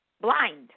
Blind